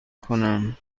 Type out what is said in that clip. کنم